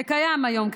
זה קיים היום,